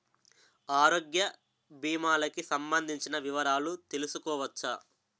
ఆరోగ్య భీమాలకి సంబందించిన వివరాలు తెలుసుకోవచ్చా?